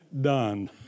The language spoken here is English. done